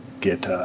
get